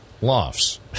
Lofts